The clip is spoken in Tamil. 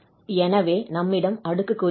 எனவே நம்மிடம்அடுக்குக்குறி உள்ளது